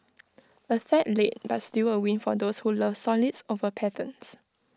A sad late but still A win for those who love solids over patterns